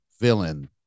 villain